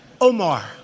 Omar